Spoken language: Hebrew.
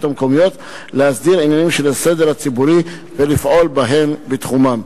המקומיות להסדיר עניינים של הסדר הציבורי ולפעול בהם בתחומן.